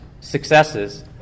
successes